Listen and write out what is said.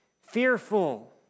fearful